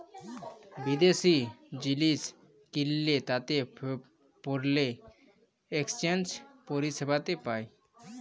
বিদ্যাশি জিলিস কিললে তাতে ফরেল একসচ্যানেজ পরিসেবাতে পায়